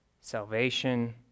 salvation